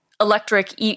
electric